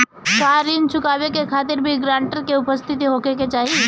का ऋण चुकावे के खातिर भी ग्रानटर के उपस्थित होखे के चाही?